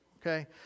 okay